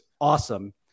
awesome